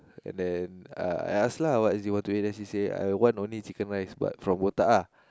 and then uh I ask lah what is it you want to eat they she say I want only chicken rice but from botak lah